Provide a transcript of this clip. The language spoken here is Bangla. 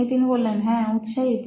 নিতিন হ্যাঁ উৎসাহিত